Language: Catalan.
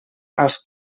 als